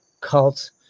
cult